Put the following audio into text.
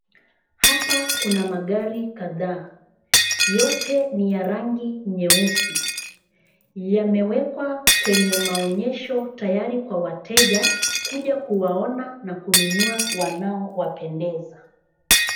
Hapa kuna magari kadhaa. Yote ni ya rangi nyeusi. Yamewekwa kwenye maonyesho tayari kwa wateja kuja kuwaona na kununua wanao wapendeza.